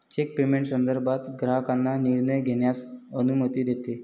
check payment संदर्भात ग्राहकांना निर्णय घेण्यास अनुमती देते